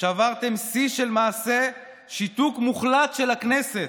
שברתם שיא של למעשה שיתוק מוחלט של הכנסת.